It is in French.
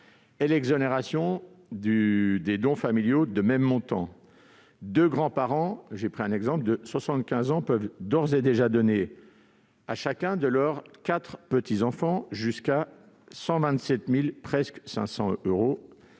et l'exonération des dons familiaux de même montant, deux grands-parents de soixante-quinze ans peuvent d'ores et déjà donner à chacun de leurs quatre petits-enfants jusqu'à presque 127 500 euros